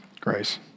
grace